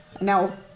Now